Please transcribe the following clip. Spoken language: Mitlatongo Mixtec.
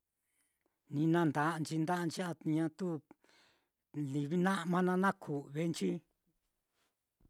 Ni nanda'anchi nda'ancha'a ñatu livi na'ma naá, na ku'venchi.